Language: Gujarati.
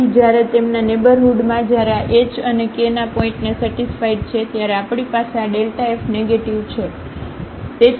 તેથી જ્યારે તેમના નેઇબરહુડમાં જ્યારે આ h અને k આ પોઇન્ટને સેટિસ્ફાઇડ છે ત્યારે આપણી પાસે આ f નેગેટીવ છે